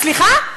סליחה,